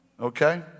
Okay